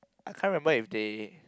I can't remember if they